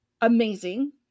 amazing